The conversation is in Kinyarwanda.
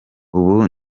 ubu